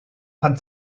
pan